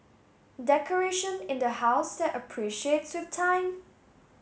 decoration in the house that appreciates with time